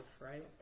right